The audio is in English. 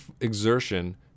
exertion